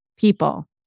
people